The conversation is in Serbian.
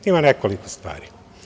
Ima nekoliko stvari.